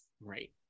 Right